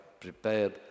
prepared